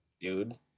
dude